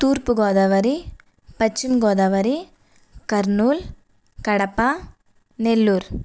తూర్పు గోదావరి పశ్చిమ గోదావరి కర్నూలు కడప నెల్లూరు